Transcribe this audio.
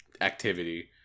activity